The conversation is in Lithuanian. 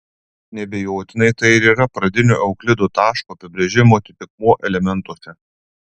neabejotinai tai ir yra pradinio euklido taško apibrėžimo atitikmuo elementuose